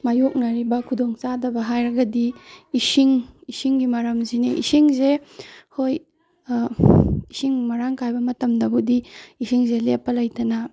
ꯃꯥꯏꯌꯣꯛꯅꯔꯤꯕ ꯈꯨꯗꯣꯡꯆꯥꯗꯕ ꯍꯥꯏꯔꯒꯗꯤ ꯏꯁꯤꯡ ꯏꯁꯤꯡꯒꯤ ꯃꯔꯝꯁꯤꯅꯤ ꯏꯁꯤꯡꯁꯦ ꯍꯣꯏ ꯏꯁꯤꯡ ꯃꯔꯥꯡ ꯀꯥꯏꯕ ꯃꯇꯝꯗꯕꯨꯗꯤ ꯏꯁꯤꯡꯁꯦ ꯂꯦꯞꯄ ꯂꯩꯇꯅ